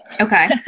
Okay